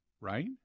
right